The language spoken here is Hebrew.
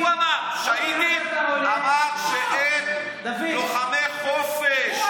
הוא אמר: שהידים, אמר שהם לוחמי חופש.